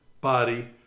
body